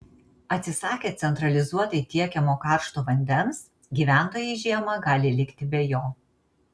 atsisakę centralizuotai tiekiamo karšto vandens gyventojai žiemą gali likti be jo